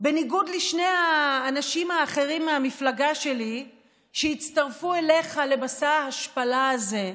בניגוד לשני האנשים האחרים מהמפלגה שלי שהצטרפו אליך למסע ההשפלה הזה,